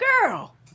girl